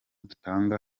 dutanga